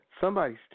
Somebody's